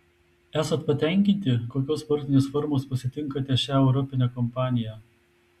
esat patenkinti kokios sportinės formos pasitinkate šią europinę kampaniją